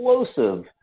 explosive